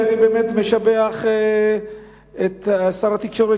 אני באמת משבח את שר התקשורת,